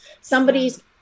Somebody's